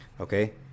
Okay